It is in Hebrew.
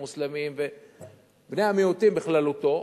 מוסלמים וכו'; בני המיעוטים בכללותו,